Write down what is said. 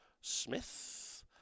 smith